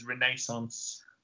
renaissance